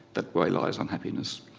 that way lays unhappiness.